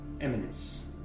eminence